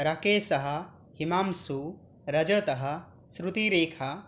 राकेशः हिमांशु रजतः श्रुतिरेखा